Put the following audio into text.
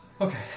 Okay